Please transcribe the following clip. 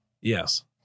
Yes